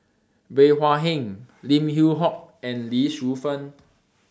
Bey Hua Heng Lim Yew Hock and Lee Shu Fen